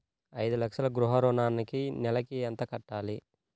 ఐదు లక్షల గృహ ఋణానికి నెలకి ఎంత కట్టాలి?